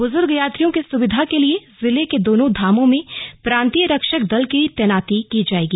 बुजुर्ग यात्रियों की सुविधा के लिए जिले के दोनों धामों में प्रांतीय रक्षक दल की तैनाती की जाएगी